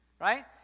right